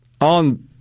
on